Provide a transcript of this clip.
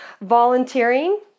Volunteering